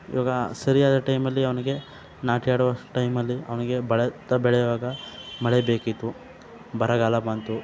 ಇವಾಗ ಸರಿಯಾದ ಟೈಮಲ್ಲಿ ಅವನಿಗೆ ನಾಟಿ ಆಡುವ ಟೈಮಲ್ಲಿ ಅವನಿಗೆ ಭತ್ತ ಬೆಳೆಯುವಾಗ ಮಳೆ ಬೇಕಿತ್ತು ಬರಗಾಲ ಬಂತು